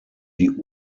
die